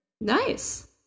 Nice